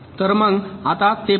तर मग आपण ते पाहू